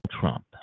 Trump